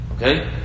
Okay